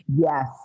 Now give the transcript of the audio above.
Yes